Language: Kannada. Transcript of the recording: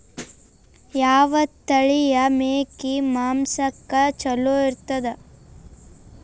ಯಾವ ತಳಿಯ ಮೇಕಿ ಮಾಂಸಕ್ಕ ಚಲೋ ಇರ್ತದ?